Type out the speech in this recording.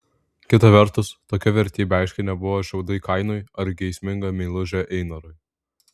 kita vertus tokia vertybė aiškiai nebuvo šiaudai kainui ar geisminga meilužė einarui